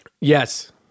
Yes